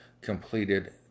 completed